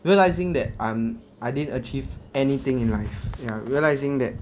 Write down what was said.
realizing that I'm I didn't achieve anything in life ya realizing that